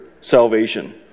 salvation